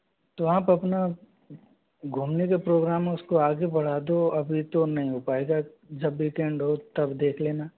तो आप अपना घूमने के प्रोग्राम उसको आगे बढ़ा दो अभी तो नहीं हो पाएगा जब वीकेंड हो तब देख लेना